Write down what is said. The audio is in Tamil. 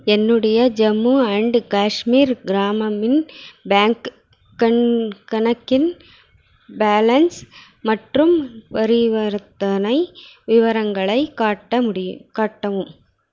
என்னுடைய ஜம்மு அண்டு காஷ்மீர் கிராமமின் பேங்க் கணக்கின் பேலன்ஸ் மற்றும் பரிவர்த்தனை விவரங்களை காட்ட முடியும் காட்டவும்